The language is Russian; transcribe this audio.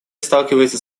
сталкивается